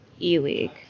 E-League